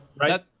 right